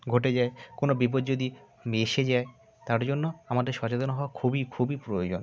ঘটে যায় কোনো বিপদ যদি এসে যায় তার জন্য আমাদের সচেতন হওয়া খুবই খুবই প্রয়োজন